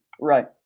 Right